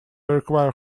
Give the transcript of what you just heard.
require